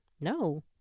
no